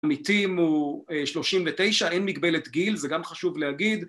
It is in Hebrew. המתים הוא שלושים ותשע, אין מגבלת גיל, זה גם חשוב להגיד